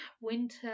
winter